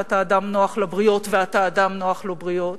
כי אתה אדם נוח לבריות, ואתה אדם נוח לבריות,